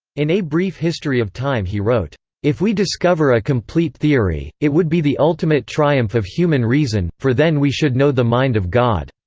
in a brief history of time he wrote if we discover a complete theory, it would be the ultimate triumph of human reason for then we should know the mind of god.